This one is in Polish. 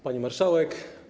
Pani Marszałek!